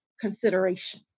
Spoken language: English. consideration